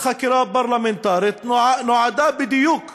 אני חייב לעשות סדר.